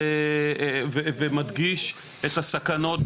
ומדגיש את הסכנות,